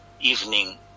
evening